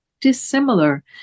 dissimilar